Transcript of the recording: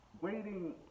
waiting